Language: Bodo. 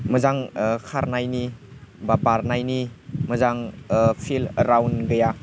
मोजां खारनायनि बा बारनायनि मोजां फिल्ड राउण्ड गैया